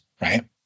right